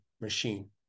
machine